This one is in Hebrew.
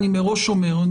אני מראש אומר,